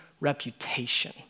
reputation